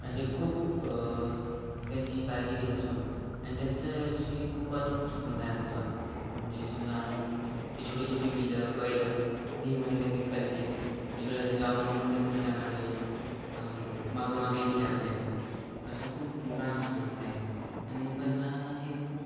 असे खूप त्यांची काळजी घेत असतो आम्ही आणि त्यांचं अशी खूप अतूट संबंध आहे आमचा म्हणजे समजा आम्ही छोटे छोटे पिल्लं बैल धी म्हटलं की कलतील जिकडं जाऊ नको म्हटलं तिकडे जाणार नाही मागं मागं येतील आपल्या असं खूप मोठा संबंध आहे आणि मुकं जनावर हे खूप